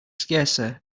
scarcer